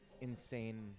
insane